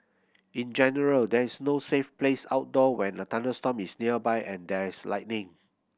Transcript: in general there is no safe place outdoor when a thunderstorm is nearby and there is lightning